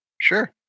Sure